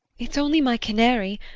it's only my canary.